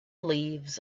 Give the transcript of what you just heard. leaves